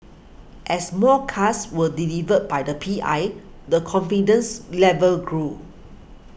as more cars were delivered by the P I the confidence level grew